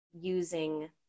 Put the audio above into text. using